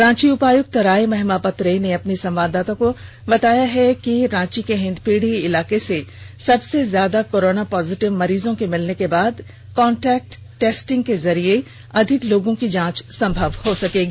रांची उपायुक्त राय महिमापत रे ने हमारी संवाददाता को बताया कि रांची के हिंदपीढ़ी इलाके से सबसे ज्यादा कोरोना पॉजिटिव मरीजों के मिलने के बाद कांटेक्ट ट्रेसिंग के जरिये अधिक लोगों की जांच संभव हो सकेगी